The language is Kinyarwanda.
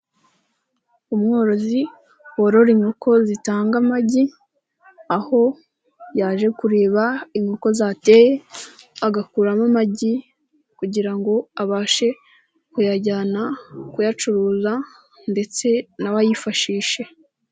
Umworozi waro inkoko zitanga amagi, aho yaje kureba inkoko zateye, agakuramo amagi kugira ngo abashe kuyajyana, kuyacuruza ndetse nawe ayifashishe.